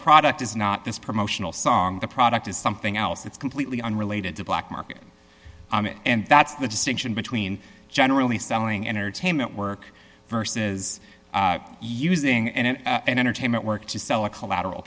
product is not this promotional song the product is something else that's completely unrelated to black market and that's the distinction between generally selling entertainment work versus using and entertainment work to sell a collateral